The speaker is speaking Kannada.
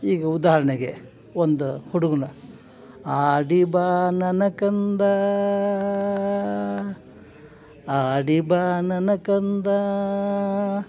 ಈಗ ಉದಾಹರಣೆಗೆ ಒಂದು ಹುಡುಗನ್ನ ಆಡಿ ಬಾ ನನ್ನ ಕಂದ ಆಡಿ ಬಾ ನನ್ನ ಕಂದ